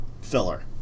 filler